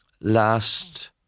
last